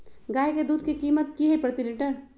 गाय के दूध के कीमत की हई प्रति लिटर?